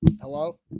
Hello